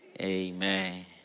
amen